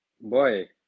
boy